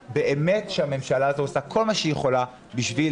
באמת שהממשלה הזו עושה כל מה שהיא יכולה בשביל